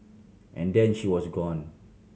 and then she was gone